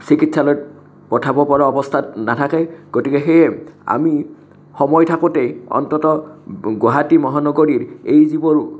চিকিৎসালয়ত পঠাব পৰা অৱস্থাত নাথাকে গতিকে সেয়ে আমি সময় থাকোতেই অন্তত গুৱাহাটী মহানগৰীৰ এই যিবোৰ